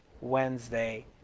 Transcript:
Wednesday